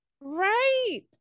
right